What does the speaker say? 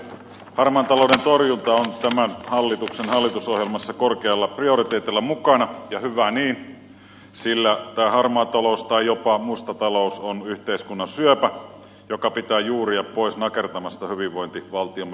harmaan talouden torjunta on tämän hallituksen hallitusohjelmassa korkealla prioriteetilla mukana ja hyvä niin sillä tämä harmaa talous tai jopa musta talous on yhteiskunnan syöpä joka pitää juuria pois nakertamasta hyvinvointivaltiomme perustaa